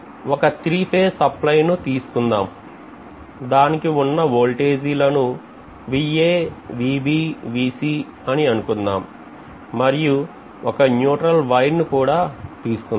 ఒక three phase supply ను తీసుకుందాం దానికి ఉన్న ఓల్టేజీ లను అని అనుకుందాం మరియు ఒక న్యూట్రల్ వైర్ కూడా తీసుకుందాం